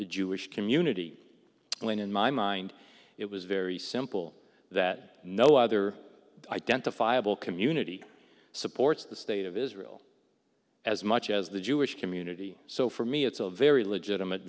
the jewish community when in my mind it was very simple that no other identifiable community supports the state of israel as much as the jewish community so for me it's a very legitimate